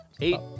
Eight